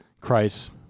Christ